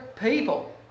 people